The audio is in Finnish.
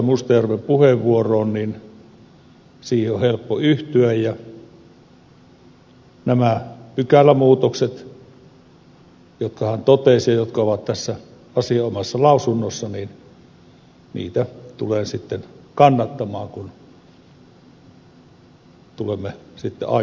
mustajärven puheenvuoroon siihen on helppo yhtyä ja näitä pykälämuutoksia jotka hän totesi ja jotka ovat tässä asianomaisessa lausunnossa tulen sitten kannattamaan kun tulemme sitten aikanaan äänestämään